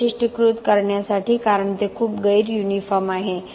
वैशिष्ट्यीकृत करण्यासाठी कारण ते खूप गैर युनिफॉर्म आहे